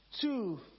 two